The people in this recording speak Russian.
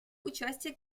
участие